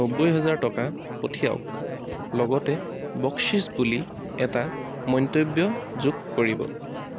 নব্বৈ হেজাৰ টকা পঠিয়াওক লগতে বকচিচ বুলি এটা মন্তব্য যোগ কৰিব